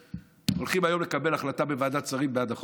הולכים היום לקבל החלטה בוועדת שרים בעד החוק.